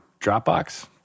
Dropbox